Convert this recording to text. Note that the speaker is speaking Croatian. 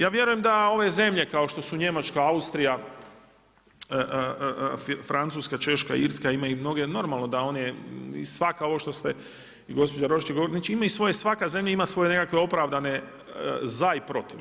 Ja vjerujem da ove zemlje kao što su Njemačka, Austrija, Francuska, Češka, Irska imaju mnoge, normalno da one, svaka ovo što ste i gospođa Roščić govorili, znači imaju svoje, svaka zemlja ima svoje nekakve opravdane za i protiv.